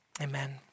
Amen